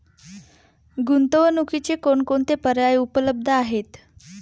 गुंतवणुकीचे कोणकोणते पर्याय उपलब्ध आहेत?